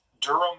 Durham